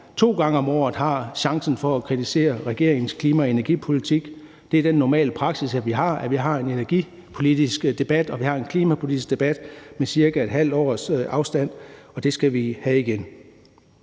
to gange om året har chancen for at kritisere regeringens klima- og energipolitik. Det er den normale praksis, at vi har en energipolitisk debat og en klimapolitisk debat med cirka et halvt års afstand, og det skal vi have igen.